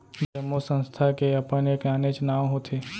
जम्मो संस्था के अपन एक आनेच्च नांव होथे